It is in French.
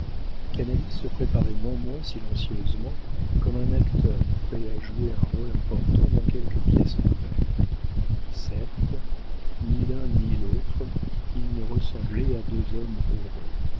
canalis se préparait non moins silencieusement comme un acteur prêt à jouer un rôle important dans quelque pièce nouvelle certes ni l'un ni l'autre ils ne ressemblaient à deux hommes heureux